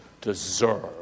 deserve